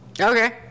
Okay